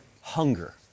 hunger